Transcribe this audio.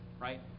right